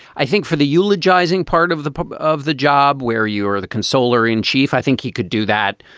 i think for the eulogising part of the but of the job where you are the consoler in chief. i think he could do that.